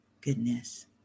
Goodness